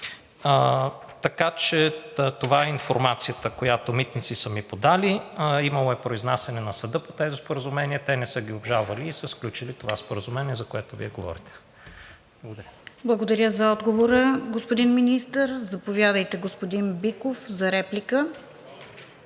Така че това е информацията, която „Митници“ са ми подали. Имало е произнасяне на съда по тези споразумения, те не са ги обжалвали и са сключили това споразумение, за което Вие говорите. Благодаря. ПРЕДСЕДАТЕЛ РОСИЦА КИРОВА: Благодаря за отговора, господин Министър. Заповядайте, господин Биков, за реплика.